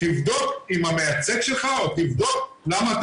תבדוק עם המייצג שלך' או 'תבדוק למה אתה